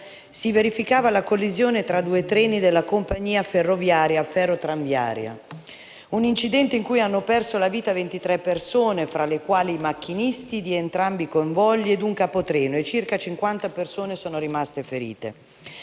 si verificava la collisione fra due treni della compagnia ferroviaria Ferrotramviaria. Un incidente in cui hanno perso la vita 23 persone, fra le quali i macchinisti di entrambi i convogli e un capotreno, e circa 50 persone sono rimaste ferite.